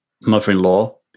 mother-in-law